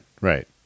right